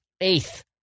eighth